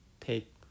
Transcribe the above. take